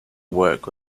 work